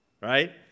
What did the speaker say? Right